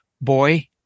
Boy